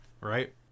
right